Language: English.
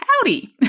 howdy